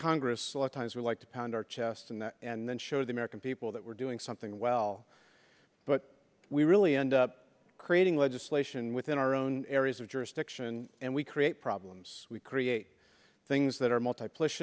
congress like times we like to pound our chests and and then show the american people that we're doing something well but we really end up creating legislation within our own areas of jurisdiction and we create problems we create things that are multi